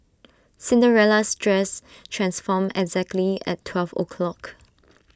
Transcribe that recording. Cinderella's dress transformed exactly at twelve o'clock